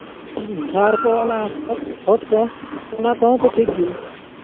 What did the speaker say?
ᱥᱟᱨ ᱠᱚ ᱚᱱᱟ ᱠᱷᱚᱛ ᱠᱚ ᱚᱱᱟ ᱠᱚᱦᱚᱸ ᱛᱚ ᱴᱷᱤᱠᱜᱮᱭᱟ